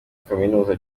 kaminuza